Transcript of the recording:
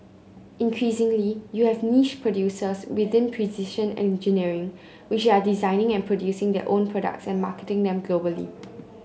increasingly you have niche producers within precision engineering which are designing and producing their own products and marketing them globally